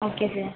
okay sir